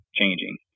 changing